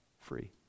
free